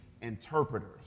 interpreters